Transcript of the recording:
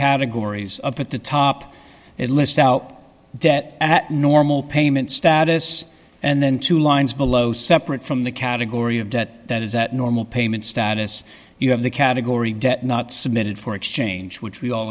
categories up at the top it lists out debt at normal payment status and then two dollars lines below separate from the category of debt that is at normal payment status you have the category debt not submitted for exchange which we all